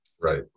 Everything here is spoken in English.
Right